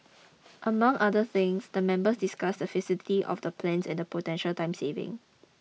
among other things the members discussed the feasibility of the plans and the potential time savings